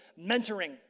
mentoring